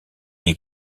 est